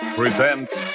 presents